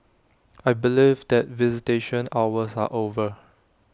I believe that visitation hours are over